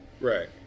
right